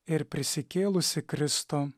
ir prisikėlusį kristų